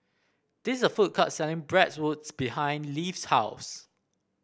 this a food court selling Bratwurst behind Leif's house